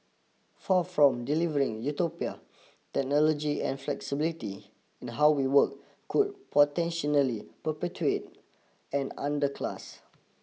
far from delivering utopia technology and flexibility in how we work could perpetuate an underclass